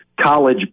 college